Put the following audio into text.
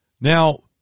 Now